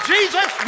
Jesus